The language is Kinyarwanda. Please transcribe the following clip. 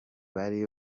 bari